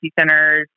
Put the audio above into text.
centers